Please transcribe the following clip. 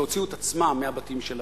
שהוציאו את עצמם מהבתים שלהם,